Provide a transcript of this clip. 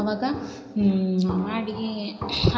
ಅವಾಗ ಮಾಡಿ